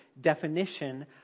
definition